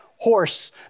Horse